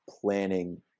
planning